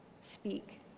speak